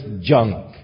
junk